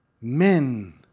Men